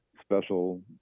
special